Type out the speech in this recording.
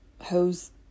hose